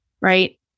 right